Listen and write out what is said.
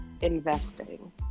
investing